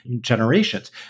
generations